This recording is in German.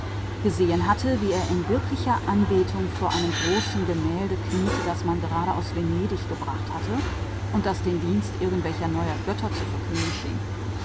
gesehen wie er in wirklicher anbetung vor einem großen gemälde kniete das gerade aus venedig gekommen war und die anbetung einiger neuer götter darzustellen schien